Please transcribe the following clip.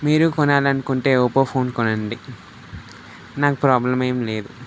మీరు కొనాలనుకుంటే Oppo phone కొనండి నాకు ప్రాబ్లమ్ ఏం లేదు